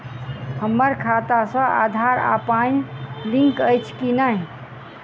हम्मर खाता सऽ आधार आ पानि लिंक अछि की नहि?